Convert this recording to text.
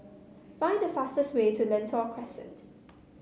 find the fastest way to Lentor Crescent